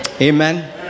Amen